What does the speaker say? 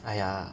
!aiya!